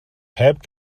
heb